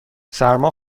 سرما